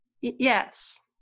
Yes